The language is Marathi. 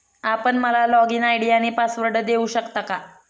आपण मला लॉगइन आय.डी आणि पासवर्ड देऊ शकता का?